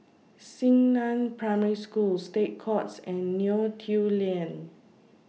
Xingnan Primary School State Courts and Neo Tiew Lane